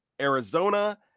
Arizona